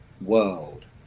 world